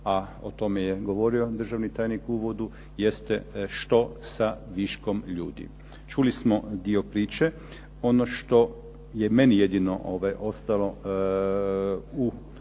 a o tome je govorio državni tajnik u uvodu, jeste što sa viškom ljudi. Čuli smo dio priče. Ono što je meni jedino ostalo u uhu